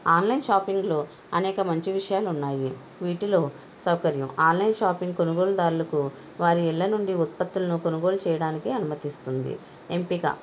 online షాపింగ్లో అనేక మంచి విషయాలు ఉన్నాయి వీటిలో సౌకర్యం ఆన్లైన్ షాపింగ్ కొనుగోలుదారులకు వారి ఇళ్ళ నుండి ఉత్పత్తులను కొనుగోలు చేయడానికి అనుమతిస్తుంది ఎంపిక